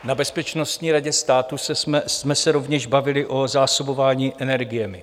Na Bezpečnostní radě státu jsme se rovněž bavili o zásobování energiemi.